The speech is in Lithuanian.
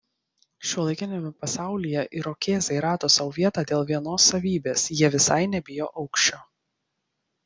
šiuolaikiniame pasaulyje irokėzai rado sau vietą dėl vienos savybės jie visai nebijo aukščio